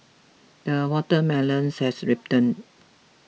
the watermelons has ripened